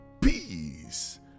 Peace